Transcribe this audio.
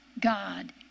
God